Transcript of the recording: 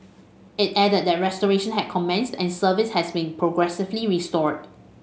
it added that restoration had commenced and service has been progressively restored